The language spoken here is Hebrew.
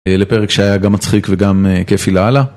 לפרק שהיה גם מצחיק וגם כיפי לאללה.